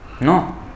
No